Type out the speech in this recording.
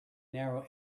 narrow